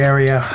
Area